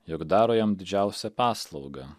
jog daro jam didžiausią paslaugą